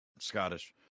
Scottish